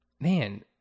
man